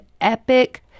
epic